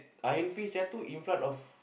Iron Fist there are two in front of